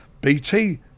BT